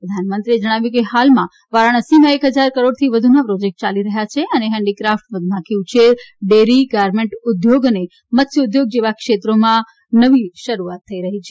પ્રધાનમંત્રીએ જણાવ્યું કે હાલમાં વારાણસીમાં એક હજાર કરોડથી વધુના પ્રોજેક્ટ યાલી રહ્યા છે અને હેન્ડિક્રાફ્ટ મધમાખી ઉછેર ડેરી ગારમેન્ટ ઉદ્યોગ અને મત્સ્યઉદ્યોગ જેવા ક્ષેત્રોમાં નવી શરૂઆત થઈ રહી છે